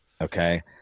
Okay